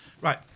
Right